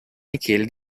michele